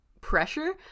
pressure